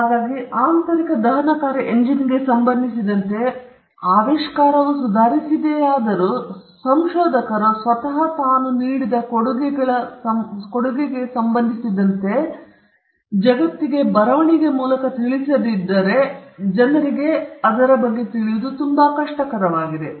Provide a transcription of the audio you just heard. ಹಾಗಾಗಿ ಆಂತರಿಕ ದಹನಕಾರಿ ಎಂಜಿನ್ಗೆ ಸಂಬಂಧಿಸಿದಂತೆ ಆವಿಷ್ಕಾರವು ಸುಧಾರಿಸಿದೆಯಾದರೂ ಸಂಶೋಧಕರು ಸ್ವತಃ ತಾನು ನೀಡಿದ ಕೊಡುಗೆಗೆ ಸಂಬಂಧಿಸಿದಂತೆ ಜಗತ್ತಿಗೆ ತಿಳಿಸದಿದ್ದರೆ ಸುಧಾರಣೆ ಎಂಬುದು ಜನರಿಗೆ ತಿಳಿಯುವುದು ತುಂಬಾ ಕಷ್ಟಕರವಾಗಿದೆ